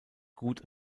gut